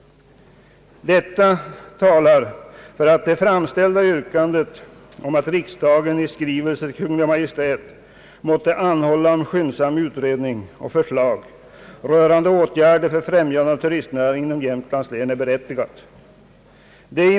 Detta talar för att det framställda yrkandet om att riksdagen i skrivelse till Kungl. Maj:t måtte anhålla om skyndsam utredning och förslag rörande åtgärder för främjande av turistnäringen inom Jämtlands län är berättigat.